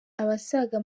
abasaga